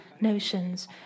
notions